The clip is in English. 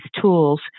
tools